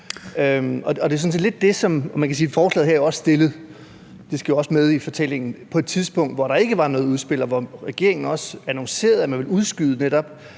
at forslaget her jo er fremsat – det skal også med i fortællingen – på et tidspunkt, hvor der ikke var noget udspil, og hvor regeringen annoncerede, at man netop ville udskyde den